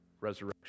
resurrection